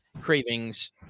cravings